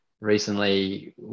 recently